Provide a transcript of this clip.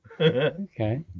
Okay